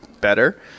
better